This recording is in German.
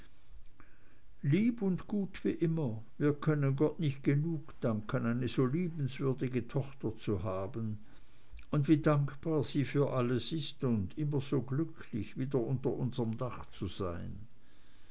lieb und gut wie immer wir können gott nicht genug danken eine so liebenswürdige tochter zu haben und wie dankbar sie für alles ist und immer so glücklich wieder unter unserm dach zu sein